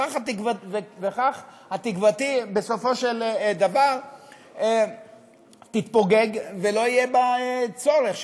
וכך תקוותי בסופו של דבר תתפוגג ולא יהיה בה צורך,